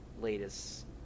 latest